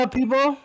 people